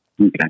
Okay